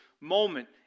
moment